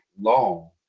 long